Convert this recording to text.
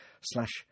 slash